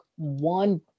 one